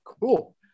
cool